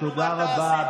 תודה רבה.